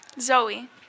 Zoe